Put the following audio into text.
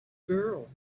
girl